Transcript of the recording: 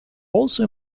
also